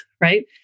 right